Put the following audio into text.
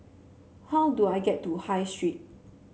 how do I get to High Street